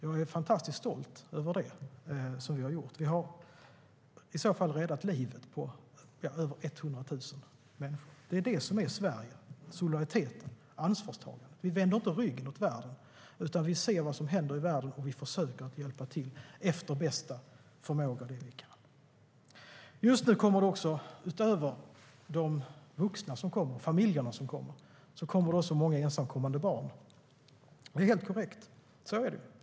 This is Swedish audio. Jag är fantastiskt stolt över det som vi har gjort. Vi har i så fall räddat livet på över 100 000 människor. Det är det som är Sverige: solidariteten och ansvarstagandet. Vi vänder inte ryggen åt världen, utan vi ser vad som händer i världen och försöker hjälpa till efter bästa förmåga. Just nu kommer det utöver vuxna och familjer också många ensamkommande barn. Det är helt korrekt. Så är det.